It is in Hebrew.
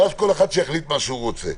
ואז כל אחד יחליט מה שהוא רוצה.